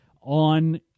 on